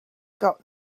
got